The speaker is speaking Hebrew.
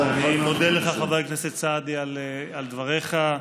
אני מודה לך, חבר הכנסת סעדי, על דבריך,